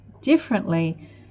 differently